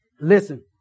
Listen